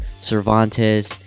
cervantes